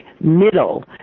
middle